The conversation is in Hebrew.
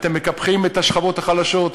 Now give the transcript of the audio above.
אתם מקפחים את השכבות החלשות,